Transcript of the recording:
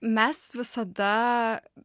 mes visada